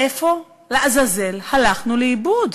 איפה, לעזאזל, הלכנו לאיבוד?